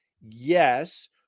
Yes